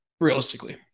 Realistically